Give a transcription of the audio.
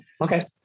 Okay